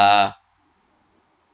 uh